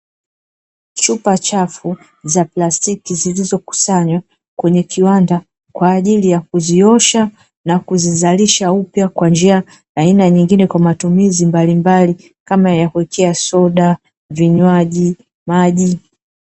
Chupa chafu za plastiki zilizokusanywa kwenye kiwanda kwa ajili ya kuziosha na kuzizalisha upya kwa njia na aina nyingine ya matumizi mbalimbali kama ya kuwekea soda, vinywaji, maji.